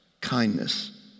kindness